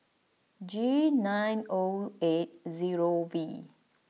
G nine O eight zero V